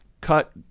cut